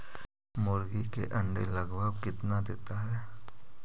मुर्गी के अंडे लगभग कितना देता है?